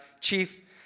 chief